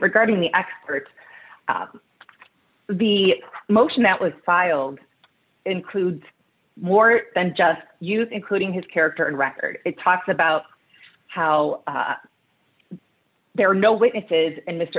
regarding the experts the motion that was filed includes more than just use including his character and record it talks about how there are no witnesses and mr